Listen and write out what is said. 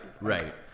right